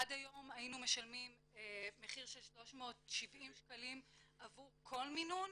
עד היום היינו משלמים מחיר של 370 שקלים עבור כל מינון,